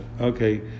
Okay